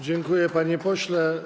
Dziękuję, panie pośle.